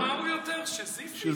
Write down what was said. מה הוא יותר, שזיפי?